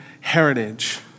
heritage